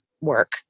work